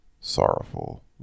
Sorrowful